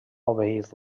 obeir